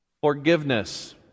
Forgiveness